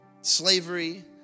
slavery